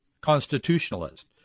constitutionalist